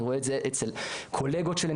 אני רואה את זה אצל קולגות שלי,